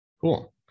Cool